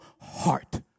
heart